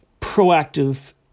proactive